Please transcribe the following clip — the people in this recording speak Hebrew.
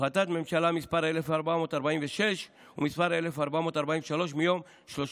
החלטות ממשלה מס' 1446 ומס' 1443 מיום 31